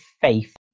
faith